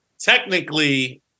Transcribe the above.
Technically